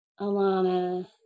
Alana